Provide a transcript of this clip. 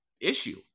issue